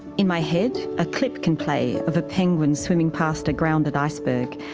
in my head, a clip can play of a penguin swimming past a grounded iceberg,